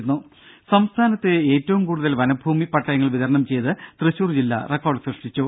രും സംസ്ഥാനത്ത് ഏറ്റവും കൂടുതൽ വനഭൂമി പട്ടയങ്ങൾ വിതരണം ചെയ്ത് തൃശൂർ ജില്ല റെക്കോർഡ് സൃഷ്ടിച്ചു